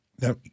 Now